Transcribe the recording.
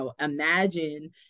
imagine